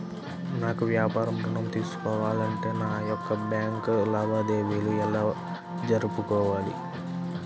నాకు వ్యాపారం ఋణం తీసుకోవాలి అంటే నా యొక్క బ్యాంకు లావాదేవీలు ఎలా జరుపుకోవాలి?